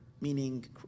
Meaning